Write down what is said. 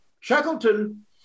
Shackleton